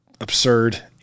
absurd